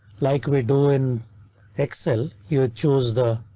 like we do in excel, you ah choose the.